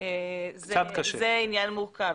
זה עניין מורכב,